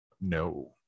No